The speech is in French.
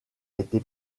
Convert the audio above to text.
été